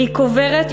והיא קוברת,